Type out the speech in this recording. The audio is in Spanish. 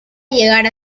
llegar